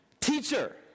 teacher